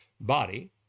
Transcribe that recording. body